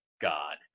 God